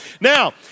Now